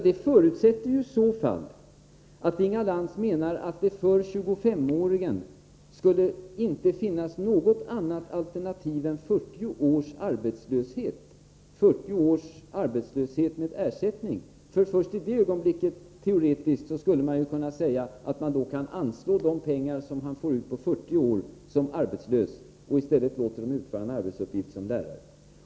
Det innebär att Inga Lantz menar att det för 25-åringen inte skulle finnas något annat alternativ än 40 års arbetslöshet med ersättning. Först i det ögonblicket skulle man teoretiskt sett kunna säga att man kan anslå de pengar han fått ut under 40 år som arbetslös för att i stället låta honom utföra en arbetsuppgift som lärare.